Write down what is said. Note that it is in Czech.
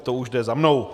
To už jde za mnou.